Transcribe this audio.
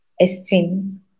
esteem